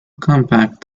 compact